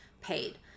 paid